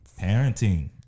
Parenting